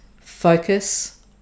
focus